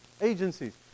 agencies